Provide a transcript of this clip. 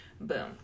Boom